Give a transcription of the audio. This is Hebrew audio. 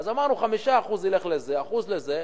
אז אמרנו, 5% ילכו לזה, 1% לזה,